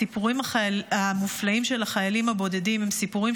הסיפורים המופלאים של החיילים הבודדים הם סיפורים